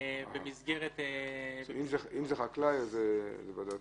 אם זה חקלאי זה ועדת קנסות.